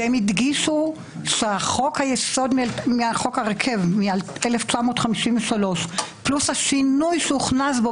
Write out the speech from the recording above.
והם הדגישו שחוק היסוד מ-1953 פלוס השינוי שהוכנס בו